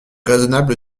raisonnable